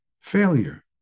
failure